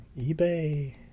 eBay